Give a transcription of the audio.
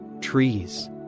trees